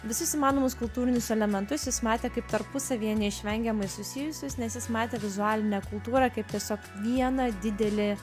visus įmanomus kultūrinius elementus jis matė kaip tarpusavyje neišvengiamai susijusius nes jis matė vizualinę kultūrą kaip tiesiog vieną didelį